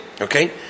Okay